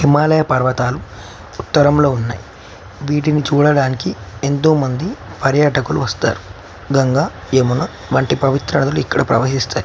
హిమాలయ పర్వతాలు ఉత్తరంలో ఉన్నాయి వీటిని చూడడానికి ఎంతోమంది పర్యాటకులు వస్తారు గంగా యమున వంటి పవిత్ర నదులు ఇక్కడ ప్రవహిస్తాయి